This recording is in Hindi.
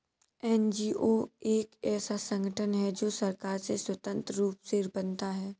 एन.जी.ओ एक ऐसा संगठन है जो सरकार से स्वतंत्र रूप से बनता है